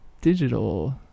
digital